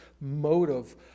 motive